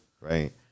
Right